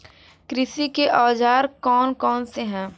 कृषि के औजार कौन कौन से हैं?